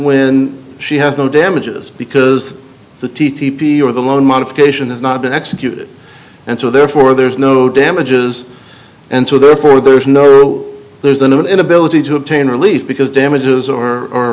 when she has no damages because the t t p or the loan modification has not been executed and so therefore there is no damages and so therefore there is no there's an inability to obtain relief because damages or